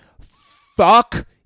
Fuck